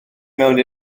mewn